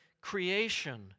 creation